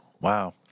wow